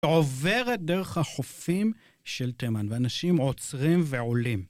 שעוברת דרך החופים של תימן ואנשים עוצרים ועולים.